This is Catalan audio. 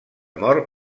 mort